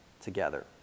together